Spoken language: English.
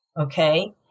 Okay